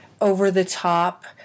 over-the-top